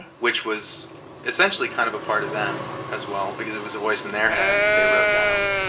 which was essentially kind of a part of them as well because it was a voice in their head they wrote down.